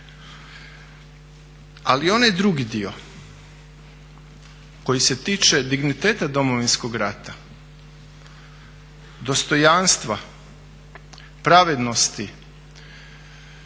Ali onaj drugi dio koji se tiče digniteta Domovinskog rata, dostojanstva, pravednosti,